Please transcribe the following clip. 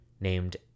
named